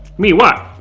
me what?